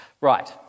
Right